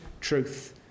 truth